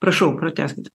prašau pratęskit